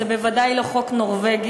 זה בוודאי לא חוק נורבגי.